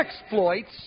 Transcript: exploits